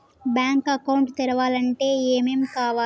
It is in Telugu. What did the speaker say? బ్యాంక్ అకౌంట్ తెరవాలంటే ఏమేం కావాలి?